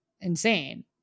insane